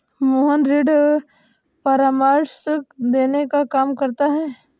मोहन ऋण परामर्श देने का काम करता है